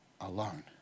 alone